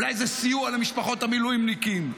אולי זה סיוע למשפחות המילואימניקים,